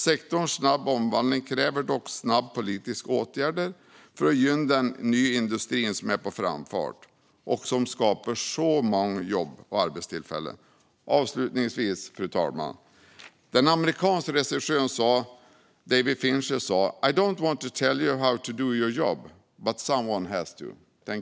Sektorns snabba omvandling kräver dock snabba politiska åtgärder för att gynna den nya industri som är på framfart och som skapar så många jobb och arbetstillfällen. Fru talman! Den amerikanske regissören David Fincher sa: I don't want to tell you how to do your job. But someone has to.